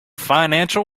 financial